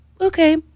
okay